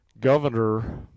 governor